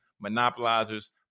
Monopolizers